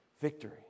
victory